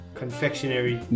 confectionery